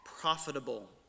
profitable